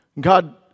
God